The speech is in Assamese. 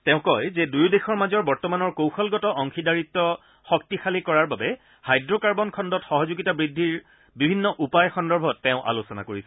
তেওঁ কয় যে দুয়ো দেশৰ মাজৰ বৰ্তমানৰ কৌশলগত অংশীদাৰত্ব শক্তিশালী কৰাৰ বাবে হাইডুকাৰ্বন খণ্ডত সহযোগিতা বৃদ্ধিৰ বিভিন্ন উপায় সম্পৰ্কে তেওঁ আলোচনা কৰিছে